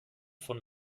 von